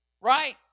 right